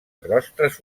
rostres